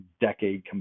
decade